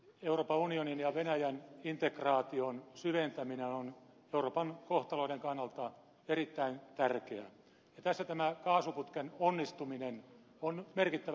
euroopan unionin ja venäjän integraation syventäminen on euroopan kohtaloiden kannalta erittäin tärkeä ja tässä kaasuputken onnistuminen on merkittävässä roolissa